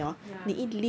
ya